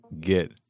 get